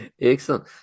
excellent